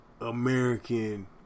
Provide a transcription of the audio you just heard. American